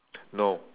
no